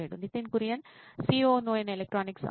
Nitin Kurien COO నోయిన్ electronics అవును